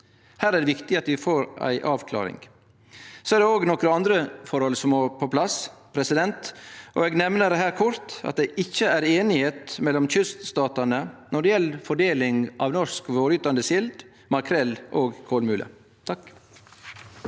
Her er det viktig at vi får ei avklaring. Det er òg nokre andre forhold som må på plass. Eg nemner her kort at det ikkje er einigheit mellom kyststatane når det gjeld fordeling av norsk vårgytande sild, makrell og kolmule. Hans